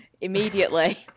immediately